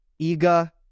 Iga